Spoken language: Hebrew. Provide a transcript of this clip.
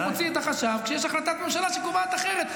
מוציא את החשב כשיש החלטת ממשלה שקובעת אחרת.